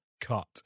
cut